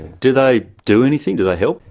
do they do anything? do they help?